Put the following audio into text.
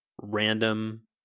random